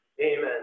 Amen